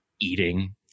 eating